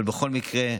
אבל בכל מקרה,